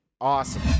Awesome